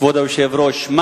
כבוד היושב-ראש, מה